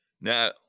Now